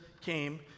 came